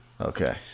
Okay